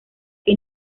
que